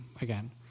again